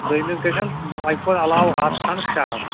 دوٚیمِس گژھٮ۪ن اَمہِ کھۄتہٕ علاوٕ ہَتھ کھنٛڈ شیےٚ ہَتھ